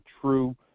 true